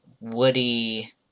Woody